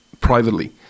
privately